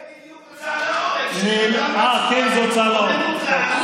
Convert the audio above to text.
זה בדיוק הוצאה להורג, כשהוא מנוטרל.